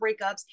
breakups